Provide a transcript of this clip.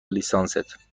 لیسانست